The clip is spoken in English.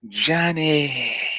johnny